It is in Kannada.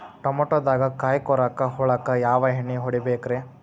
ಟಮಾಟೊದಾಗ ಕಾಯಿಕೊರಕ ಹುಳಕ್ಕ ಯಾವ ಎಣ್ಣಿ ಹೊಡಿಬೇಕ್ರೇ?